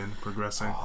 progressing